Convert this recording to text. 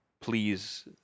please